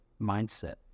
mindset